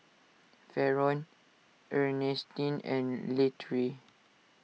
Faron Earnestine and Latrell